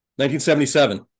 1977